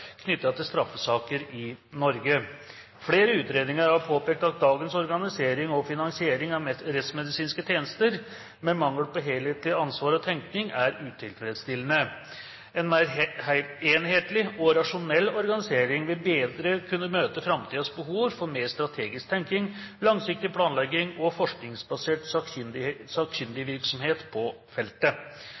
knyttet til straffesaker i Norge. Flere utredninger har påpekt at dagens organisering og finansiering av rettsmedisinske tjenester, med mangel på helhetlig ansvar og tenkning, er utilfredsstillende. Nødvendigheten av organisatoriske grep ble fremmet allerede i en NOU fra 2001, Rettsmedisinsk sakkyndighet i straffesaker, og